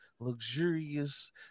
luxurious